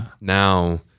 now